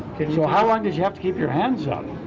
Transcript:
so how long did you have to keep your hands up? a